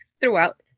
throughout